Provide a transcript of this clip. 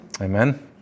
Amen